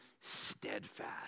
steadfast